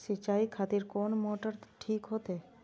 सीचाई खातिर कोन मोटर ठीक होते?